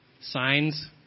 signs